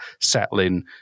settling